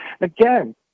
again